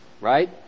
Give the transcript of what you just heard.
right